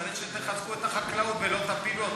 צריך שתחזקו את החקלאות ולא תפילו אותה.